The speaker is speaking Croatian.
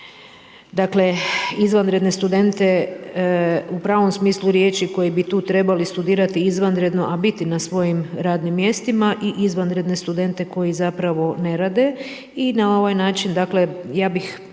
pobrkali izvanredne studente u pravom smislu riječi koji bi tu trebali studirati izvanredno, a biti na svojim radnim mjestima i izvanredne studente koji zapravo ne rade. I na ovaj način dakle ja bih